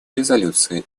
резолюции